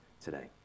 Today